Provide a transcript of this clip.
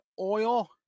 oil